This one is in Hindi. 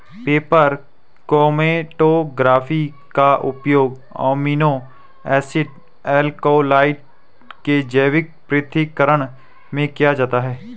पेपर क्रोमैटोग्राफी का उपयोग अमीनो एसिड एल्कलॉइड के जैविक पृथक्करण में किया जाता है